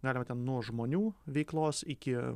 galima ten nuo žmonių veiklos iki